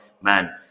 man